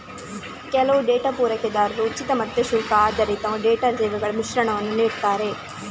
ಕೆಲವು ಡೇಟಾ ಪೂರೈಕೆದಾರರು ಉಚಿತ ಮತ್ತೆ ಶುಲ್ಕ ಆಧಾರಿತ ಡೇಟಾ ಸೇವೆಗಳ ಮಿಶ್ರಣವನ್ನ ನೀಡ್ತಾರೆ